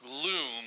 Gloom